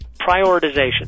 prioritization